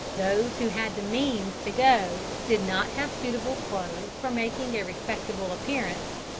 those who had the means to go did not have suitable clothes for making a respectable appearance,